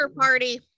party